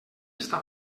està